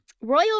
Royal